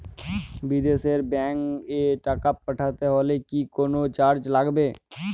বিদেশের ব্যাংক এ টাকা পাঠাতে হলে কি কোনো চার্জ লাগবে?